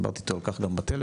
דיברתי אתו על כך גם בטלפון.